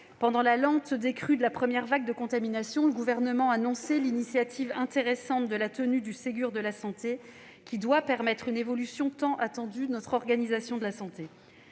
Pendant la lente décrue de la première vague de contaminations, le Gouvernement a annoncé l'initiative intéressante d'un Ségur de la santé qui doit permettre une évolution tant attendue de l'organisation de notre